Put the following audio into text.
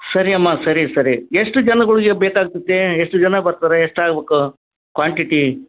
ಸರಿ ಅಮ್ಮ ಸರಿ ಸರಿ ಎಷ್ಟು ಜನಗಳಿಗೆ ಬೇಕಾಗ್ತತೆ ಎಷ್ಟು ಜನ ಬರ್ತಾರೆ ಎಷ್ಟು ಆಗ್ಬೇಕು ಕ್ವಾಂಟಿಟಿ